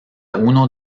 uno